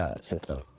system